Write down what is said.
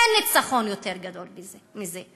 אין ניצחון יותר גדול מזה.